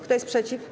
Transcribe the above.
Kto jest przeciw?